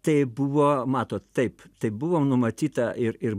tai buvo matot taip tai buvo numatyta ir ir